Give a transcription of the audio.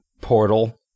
portal